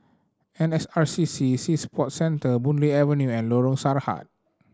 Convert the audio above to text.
N S R C C Sea Sports Centre Boon Lay Avenue and Lorong Sarhad